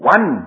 One